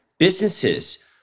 businesses